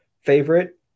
favorite